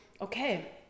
okay